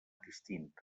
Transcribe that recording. distinta